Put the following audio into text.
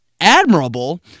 admirable